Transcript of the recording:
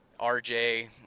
rj